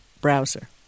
browser